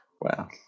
Wow